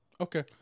Okay